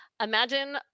imagine